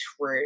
true